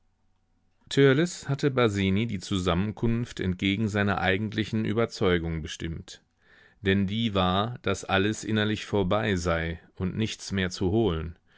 törleß hatte basini die zusammenkunft entgegen seiner eigentlichen überzeugung bestimmt denn die war daß alles innerlich vorbei sei und nichts mehr zu holen